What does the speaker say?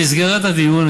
במסגרת הדיון,